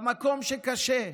במקום שקשה,